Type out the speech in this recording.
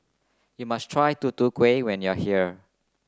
you must try Tutu Kueh when you are here